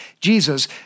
Jesus